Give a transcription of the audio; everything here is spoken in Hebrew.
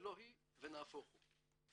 ולא היא, ונהפוך הוא.